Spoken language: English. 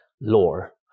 lore